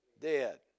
dead